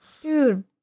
Dude